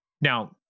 Now